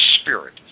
Spirit